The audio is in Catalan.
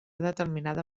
determinada